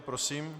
Prosím.